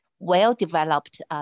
well-developed